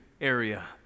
area